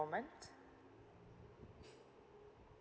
moment